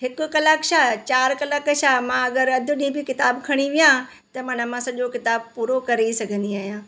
हिकु कलाकु छा चारि कलाकु छा मां अगरि अधु ॾींहं बि किताब खणी वेहा त माना मां सॼो किताब पूरो करे ई सघंदी आहियां